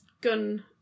gun